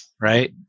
right